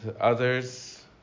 others